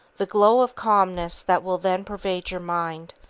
the glow of calmness that will then pervade your mind,